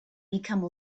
become